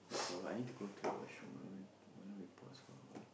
that's all I need to go to the washroom a moment why don't we pause for a while